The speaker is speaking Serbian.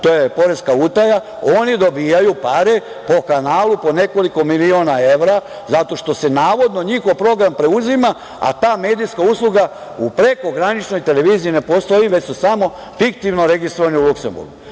to je poreska utaja, oni dobijaju pare po kanalu, po nekoliko miliona evra zato što se navodno njihov program preuzima, a ta medijska usluga u prekograničnoj televiziji ne postoji, već su samo fiktivno registrovani u Luksemburgu.